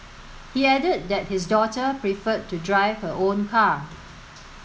he added that his daughter preferred to drive her own car